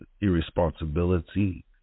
irresponsibility